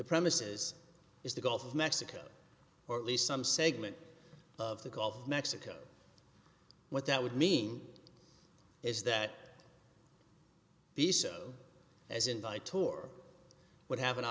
the premises is the gulf of mexico or at least some segment of the gulf of mexico what that would mean is that these as in by tor would have an